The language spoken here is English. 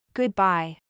Goodbye